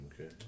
Okay